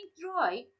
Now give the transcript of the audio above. dry